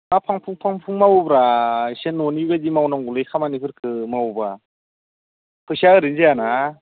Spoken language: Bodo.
मा फां फुं फां फुं मावोब्रा एसे न'नि बायदि मावनांगौलै खामानिफोरखौ मावोब्ला फैसाया आरैनो जायाना